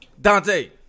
Dante